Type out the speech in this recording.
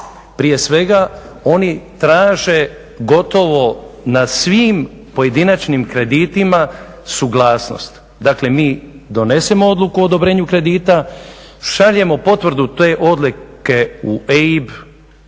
Prije svega, oni traže gotovo na svim pojedinačnim kreditima suglasnost. Dakle mi donesemo odluku o odobrenju kredita, šaljemo potvrdu te odluke u EIB